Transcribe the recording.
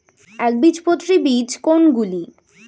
একবীজপত্রী বীজ কোন গুলি?